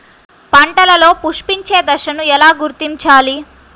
పంటలలో పుష్పించే దశను ఎలా గుర్తించాలి?